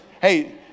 Hey